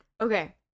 Okay